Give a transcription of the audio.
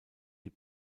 die